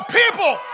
people